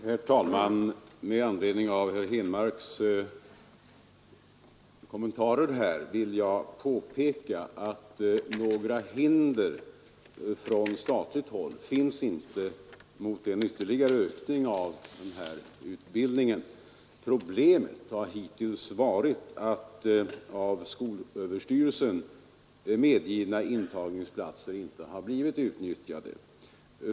Herr talman! Med anledning av herr Henmarks kommentarer vill jag påpeka, att några hinder från statligt håll inte finns mot en ytterligare utökning av ifrågavarande utbildning. Problemet har hittills varit att av skolöverstyrelsen medgivna intagningsplatser inte har blivit utnyttjade.